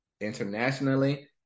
internationally